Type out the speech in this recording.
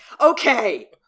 Okay